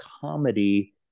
comedy